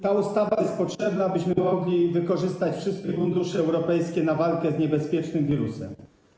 Ta ustawa jest potrzebna, byśmy mogli wykorzystać wszystkie fundusze europejskie na walkę z niebezpiecznym wirusem.